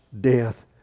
death